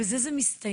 בזה זה מסתיים.